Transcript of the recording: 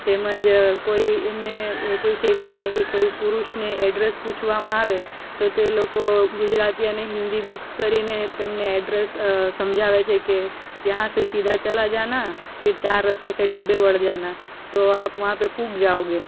તેમજ કોઈ એમને કોઈ શેઠિયાને કે કોઈ પુરુષને એડ્રેસ પૂછવામાં આવે તો તે લોકો ગુજરાતી અને હિન્દી મિક્સ કરીને તેમને એડ્રેસ સમજાવે છે કે યહાં સે સીધા ચલા જાના ફિર ચાર રસ્તે સે ડાબે વળ જાના તો આપ વહાં પે પુગ જાઓગે